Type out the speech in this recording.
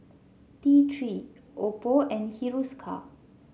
T Three Oppo and Hiruscar